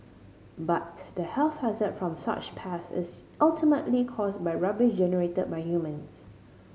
but the health hazard from such pests ultimately caused by rubbish generated by humans